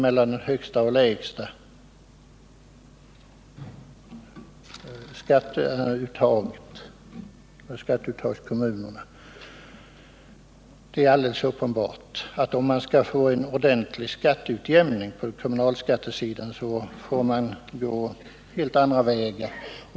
i det inkomstläget. Om vi skall få en ordentlig skatteutjämning på kommunalskattesidan, får man gå helt andra vägar.